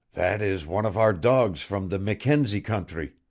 that is one of our dogs from the mackenzie country,